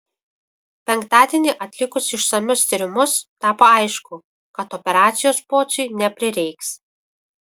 penktadienį atlikus išsamius tyrimus tapo aišku kad operacijos pociui neprireiks